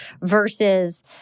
versus